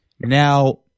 now